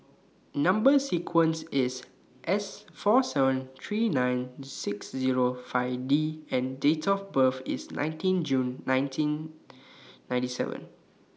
Number sequence IS S four seven three nine six Zero five D and Date of birth IS nineteen June nineteen ninety seven